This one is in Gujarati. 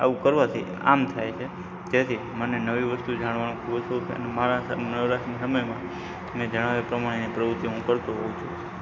આવું કરવાથી આમ થાય છે જેથી મને નવી વસ્તુ જાણવાનો ખૂબ જ શોખ છે અને મારા નવરાશના સમયમાં મેં જણાવ્યા પ્રમાણે પ્રવૃત્તિઓ કરતો હોઉં છું